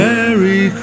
Merry